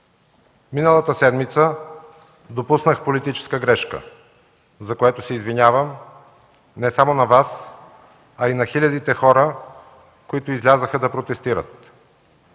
Миналата седмица допуснах политическа грешка, за което се извинявам не само на Вас, а и на хилядите хора, които излязоха да протестират.